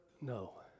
No